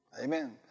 Amen